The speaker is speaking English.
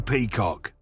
Peacock